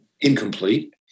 incomplete